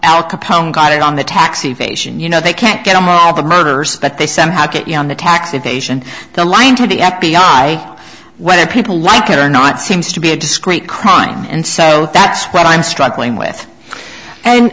al capone got it on the tax evasion you know they can't get the murders but they somehow get you on the tax evasion the lying to the f b i whether people like it or not seems to be a discrete crime and so that's what i'm struggling with and